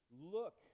look